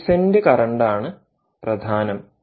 quiescent current ആണ് പ്രധാനം